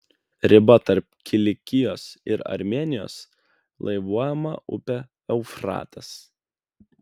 riba tarp kilikijos ir armėnijos laivuojama upė eufratas